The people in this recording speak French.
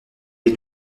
les